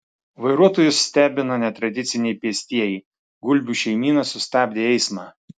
vairuotojus stebino netradiciniai pėstieji gulbių šeimyna sustabdė eismą